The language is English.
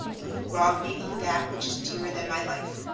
though you rob me of that which is dearer than my life.